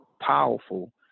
powerful